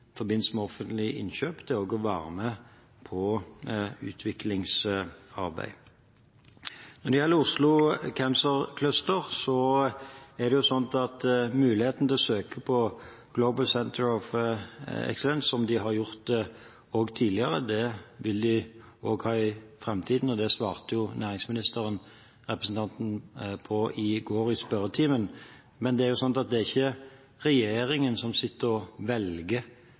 forbindelse med offentlige innkjøp til å være med på utviklingsarbeid. Når det gjelder Oslo Cancer Cluster, er det mulighet til å søke om å bli et «Global Centre of Excellence», som de har gjort tidligere. Det vil de også ha muligheten til i framtiden, og det svarte også næringsministeren representanten Ruth Grung på i går i spørretimen. Men det er ikke regjeringen som sitter og